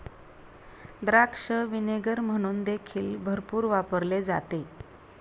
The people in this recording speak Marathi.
द्राक्ष व्हिनेगर म्हणून देखील भरपूर वापरले जाते